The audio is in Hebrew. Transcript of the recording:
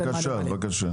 בבקשה.